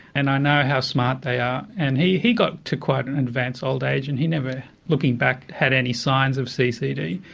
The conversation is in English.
and i know smart they are. and he he got to quite an advanced old age and he never, looking back, had any signs of ccd.